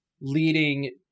leading